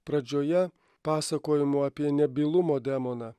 pradžioje pasakojimu apie nebylumo demoną